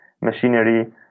machinery